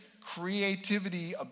creativity